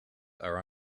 are